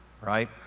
right